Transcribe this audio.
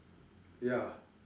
ya